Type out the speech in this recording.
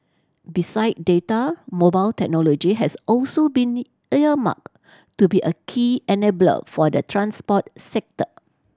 beside data mobile technology has also been earmarked to be a key enabler for the transport sector